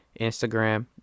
Instagram